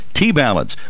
T-Balance